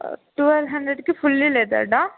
twelve హండ్రెడ్కి fully లేదర్డా